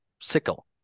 sickle